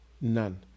None